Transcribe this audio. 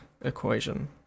equation